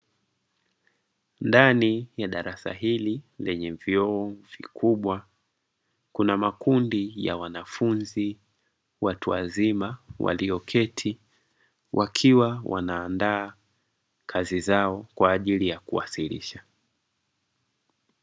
Ndani ya darasa hili lenye vioo vikubwa kuna makundi ya wanafunzi watu wazima, walioketi wakiwa wanaandaa kazi zao kwa ajili ya kuwasilisha.